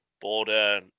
border